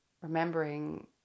remembering